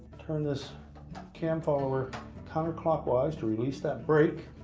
turn this cam follower counterclockwise to release that brake.